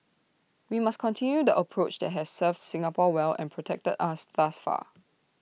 we must continue the approach that has served Singapore well and protected us thus far